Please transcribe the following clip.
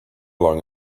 long